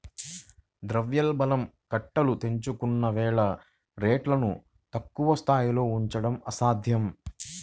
ద్రవ్యోల్బణం కట్టలు తెంచుకుంటున్న వేళ రేట్లను తక్కువ స్థాయిలో ఉంచడం అసాధ్యం